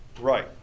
Right